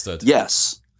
yes